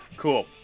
Cool